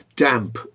Damp